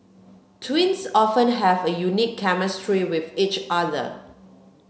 twins often have a unique chemistry with each other